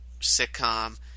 sitcom